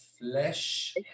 flesh